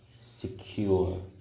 secure